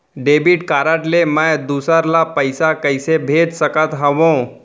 Debit card ले मैं दूसर ला पइसा कइसे भेज सकत हओं?